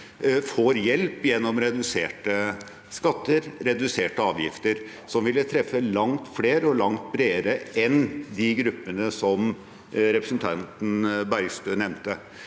får hjelp gjennom reduserte skatter og avgifter, noe som ville truffet langt flere og langt bredere enn de gruppene som representanten Bergstø nevnte.